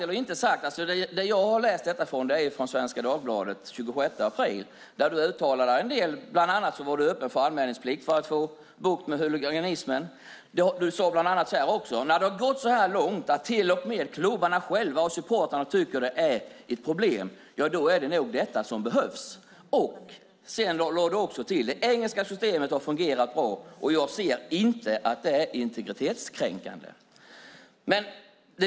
Jag läste ur Svenska Dagbladet den 26 april. Du säger där att du är öppen för anmälningsplikt för att få bukt med huliganismen. Du sade också: "När det har gått så här långt, och till och med klubbarna själva och supportrarna tycker att det är ett problem, då är det nog det som behövs." Du lade till: "Det engelska systemet har fungerat bra, och jag ser inte det är integritetskränkande."